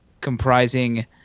comprising